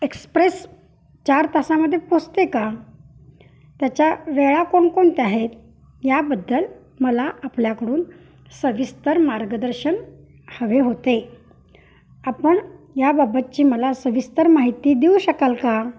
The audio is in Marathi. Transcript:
एक्सप्रेस चार तासामध्ये पोचते का त्याच्या वेळा कोणकोणत्या आहेत याबद्दल मला आपल्याकडून सविस्तर मार्गदर्शन हवे होते आपण याबाबतची मला सविस्तर माहिती देऊ शकाल का